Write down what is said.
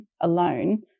alone